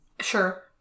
Sure